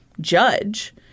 judge